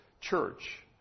church